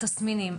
התסמינים,